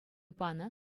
панӑ